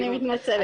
אני מתנצלת.